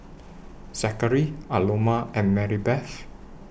Zackary Aloma and Marybeth